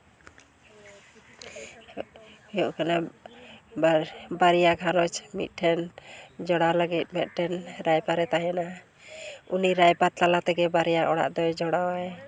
ᱮᱦᱚᱵ ᱠᱟᱱᱟ ᱵᱟᱨᱭᱟ ᱜᱷᱟᱨᱚᱸᱡᱽ ᱢᱤᱫ ᱴᱷᱮᱱ ᱡᱚᱲᱟᱣ ᱞᱟᱹᱜᱤᱫ ᱢᱤᱫᱴᱮᱱ ᱨᱟᱭᱵᱟᱨᱤᱡ ᱛᱟᱦᱮᱱᱟᱭ ᱩᱱᱤ ᱨᱟᱭᱵᱟᱨ ᱛᱟᱞᱟ ᱛᱮᱜᱮ ᱵᱟᱨᱭᱟ ᱚᱲᱟᱜ ᱫᱚᱭ ᱡᱚᱲᱟᱣᱟᱭ